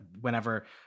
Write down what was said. whenever